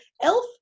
Elf